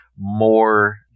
more